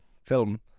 film